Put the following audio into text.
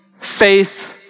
faith